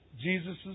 Jesus